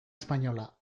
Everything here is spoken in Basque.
espainola